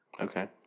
Okay